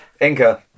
Inca